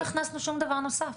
לא הכנסנו שום דבר נוסף.